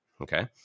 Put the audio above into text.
Okay